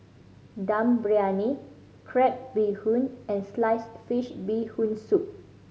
Dum Briyani crab bee hoon and sliced fish Bee Hoon Soup